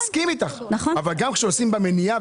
אני מסכים איתך אבל גם כשעושים במניעה,